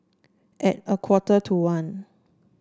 at a quarter to one